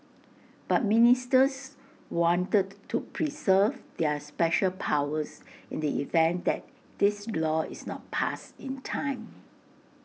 but ministers wanted to preserve their special powers in the event that this law is not passed in time